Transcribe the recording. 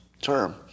term